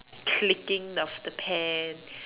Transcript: clicking of the pen